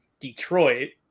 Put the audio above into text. Detroit